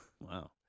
Wow